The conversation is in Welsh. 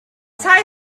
tai